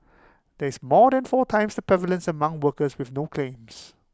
this is more than four times the prevalence among workers with no claims